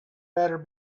better